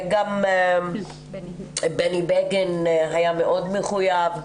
גם בני בגין היה מאוד מחויב,